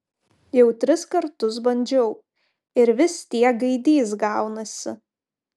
jau tris kartus bandžiau ir vis tiek gaidys gaunasi